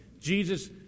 Jesus